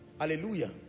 hallelujah